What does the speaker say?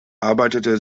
arbeitete